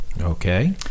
Okay